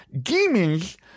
demons